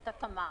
הייתה תמר.